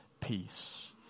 peace